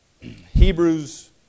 Hebrews